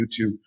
YouTube